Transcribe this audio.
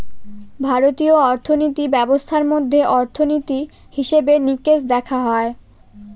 ভারতীয় অর্থিনীতি ব্যবস্থার মধ্যে অর্থনীতি, হিসেবে নিকেশ দেখা হয়